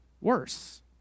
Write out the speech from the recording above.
worse